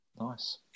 Nice